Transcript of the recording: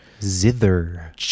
zither